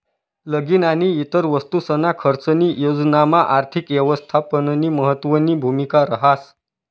लगीन आणि इतर वस्तूसना खर्चनी योजनामा आर्थिक यवस्थापननी महत्वनी भूमिका रहास